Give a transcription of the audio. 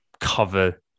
cover